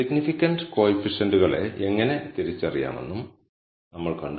significant കോയിഫിഷ്യന്റ്കളെ എങ്ങനെ തിരിച്ചറിയാമെന്നും നമ്മൾ കണ്ടു